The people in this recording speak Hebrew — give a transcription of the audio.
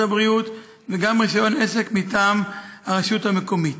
הבריאות וגם רישיון עסק מטעם הרשות המקומית.